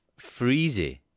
Freezy